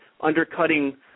undercutting